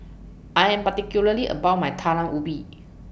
I Am particularly about My Talam Ubi